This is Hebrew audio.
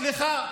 סליחה,